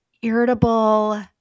Irritable